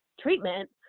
treatment